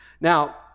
now